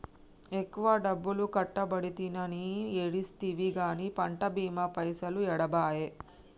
ఎక్కువ డబ్బులు కట్టబడితినని ఏడిస్తివి గాని పంట బీమా పైసలు ఏడబాయే